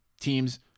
teams